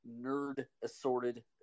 nerd-assorted